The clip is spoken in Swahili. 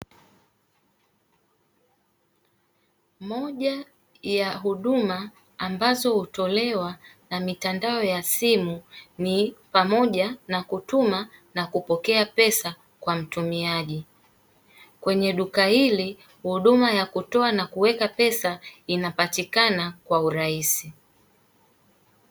Moja ya huduma ambazo hutolewa na mitandao ya simu ni pamoja na kutuma na kupokea pesa kwa mtumiaji. Kwenye duka hili huduma ya kutuma na kutoa pesa inapatikana kwa urahisi.